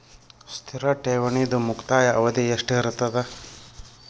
ಸ್ಥಿರ ಠೇವಣಿದು ಮುಕ್ತಾಯ ಅವಧಿ ಎಷ್ಟಿರತದ?